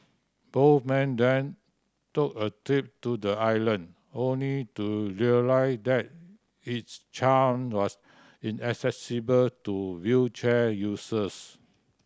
both men then took a trip to the island only to realise that its charm was inaccessible to wheelchair users